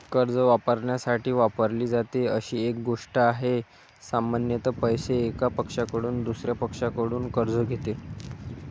कर्ज वापरण्यासाठी वापरली जाते अशी एक गोष्ट आहे, सामान्यत पैसे, एका पक्षाकडून दुसर्या पक्षाकडून कर्ज घेते